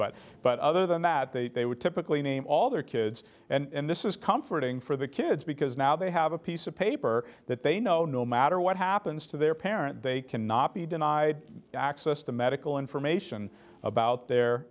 but but other than that they they would typically name all their kids and this is comforting for the kids because now they have a piece of paper that they know no matter what happens to their parent they cannot be denied access to medical information about their